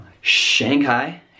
Shanghai